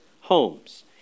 homes